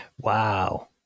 Wow